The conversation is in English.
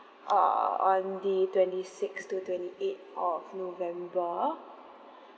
uh on the twenty six to twenty eight of november